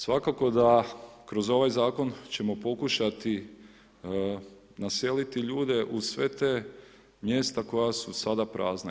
Svakako da kroz ovaj zakon ćemo pokušati naseliti ljude u sva ta mjera koja su sada prazna.